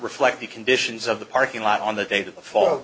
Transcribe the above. reflect the conditions of the parking lot on the date of the fall